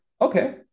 okay